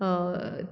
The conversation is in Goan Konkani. हय